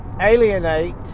alienate